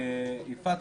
יפעת,